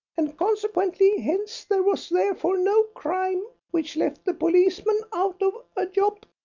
and consequently hence there was therefore no crime, which left the policeman out of a job.